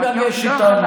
תשכחו מלהיפגש איתנו,